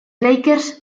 lakers